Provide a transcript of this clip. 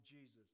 Jesus